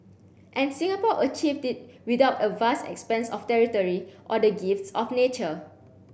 and Singapore achieved it without a vast expanse of territory or the gifts of nature